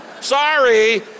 Sorry